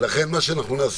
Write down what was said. ולכן מה שנעשה,